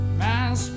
mass